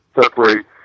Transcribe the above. separate